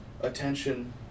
Attention